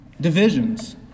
Divisions